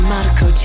Marco